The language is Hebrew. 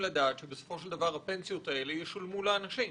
שבסופו של דבר הפנסיות האלו ישולמו לאנשים.